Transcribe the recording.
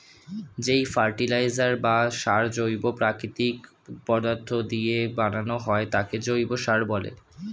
যেই ফার্টিলাইজার বা সার জৈব প্রাকৃতিক পদার্থ দিয়ে বানানো হয় তাকে জৈব সার বলে